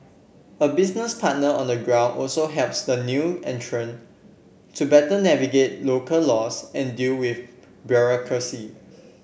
a business partner on the ground also helps the new entrant to better navigate local laws and deal with bureaucracy